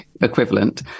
equivalent